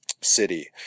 city